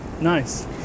Nice